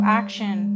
action